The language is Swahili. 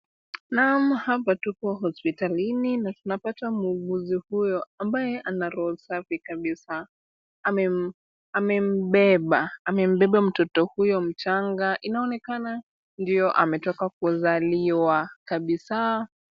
Naam, hapa tuko hospitali na tunapata muuguzi huyo ambaye ana roho safi kabisa, amembeba mtoto huyo mchanga, inaonekana ndiyo ametoka kuzaliwa kabisa.